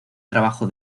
trabajo